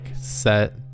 set